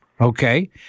okay